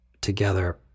together